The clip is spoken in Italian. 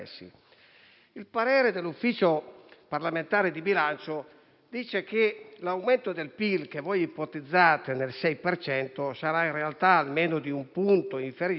Il parere dell'Ufficio parlamentare di bilancio dice che l'aumento del PIL, che voi ipotizzate nel 6 per cento, in realtà sarà almeno di un punto inferiore,